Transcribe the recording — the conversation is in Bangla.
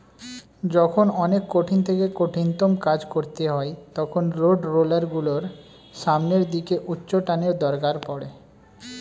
যখন অনেক কঠিন থেকে কঠিনতম কাজ করতে হয় তখন রোডরোলার গুলোর সামনের দিকে উচ্চটানের দরকার পড়ে